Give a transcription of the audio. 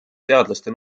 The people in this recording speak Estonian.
teadlaste